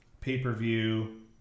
pay-per-view